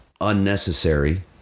unnecessary